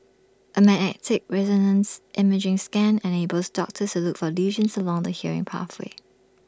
A magnetic resonance imaging scan enables doctors look for lesions along the hearing pathway